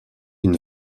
une